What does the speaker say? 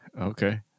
Okay